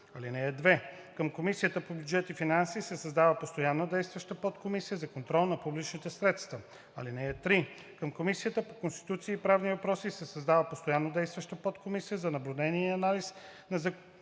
групи. (2) Към Комисията по бюджет и финанси се създава постоянно действаща подкомисия за контрол на публичните средства. (3) Към Комисията по конституционни и правни въпроси се създава постоянно действаща подкомисия за наблюдение и анализ на законодателството